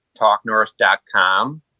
TalkNorth.com